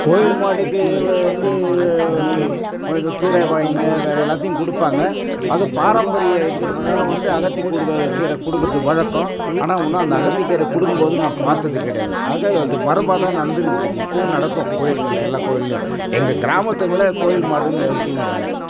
கோயில் மாட்டுக்கு வந்து ஏதோ கீரை வகைங்கள் வேறு எல்லாத்தையும் கொடுப்பாங்க அது பாரம்பரிய இது பிரகாரம் வந்து அகத்தி கொடுக்க கீரை கொடுக்கறது வழக்கம் ஆனால் இன்னும் அந்த அகத்தி கீரை கொடுக்கும்போது நான் பார்த்தது கிடையாது ஆக அது மரபாக தான் நடந்துன்னு இருக்குது இப்பவும் நடக்கும் கோயிலுங்களில் எல்லா கோயில்லேயும் எங்கள் கிராமத்துங்களில் கோயில் மாடுன்னு எதுவும் இல்லை